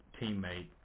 teammate